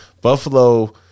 Buffalo